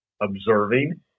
observing